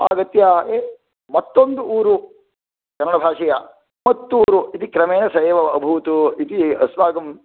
आगत्य ए मत्तोन्दु ऊरु कन्नडभाषया मत्तूरु इति क्रमेण स एव अभूत् इति अस्माकम्